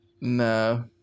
no